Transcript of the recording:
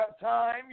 time